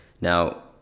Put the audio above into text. Now